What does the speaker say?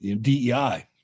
DEI